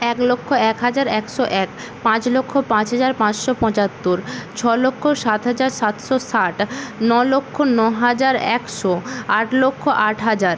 এক লক্ষ এক হাজার একশো এক পাঁচ লক্ষ পাঁচ হাজার পাঁচশো পঁচাত্তর ছ লক্ষ সাত হাজার সাতশো ষাট ন লক্ষ ন হাজার একশো আট লক্ষ আট হাজার